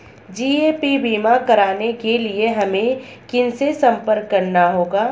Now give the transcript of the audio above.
GAP बीमा कराने के लिए हमें किनसे संपर्क करना होगा?